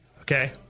Okay